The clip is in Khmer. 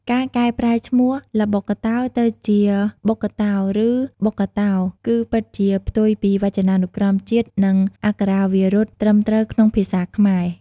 ការកែប្រែឈ្មោះ ល្បុក្កតោ ទៅជា បុក្កតោឬ បុកកាតោ គឺពិតជា ផ្ទុយពីវចនានុក្រមជាតិ និងអក្ខរាវិរុទ្ធត្រឹមត្រូវក្នុងភាសាខ្មែរ។